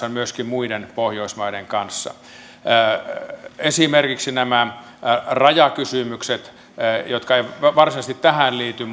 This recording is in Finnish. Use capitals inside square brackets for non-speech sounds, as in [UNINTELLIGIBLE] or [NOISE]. ruotsin kanssa myöskin muiden pohjoismaiden kanssa esimerkiksi näissä rajakysymyksissä jotka eivät varsinaisesti tähän liity [UNINTELLIGIBLE]